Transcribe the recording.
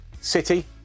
City